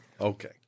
okay